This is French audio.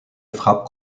frappe